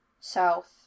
South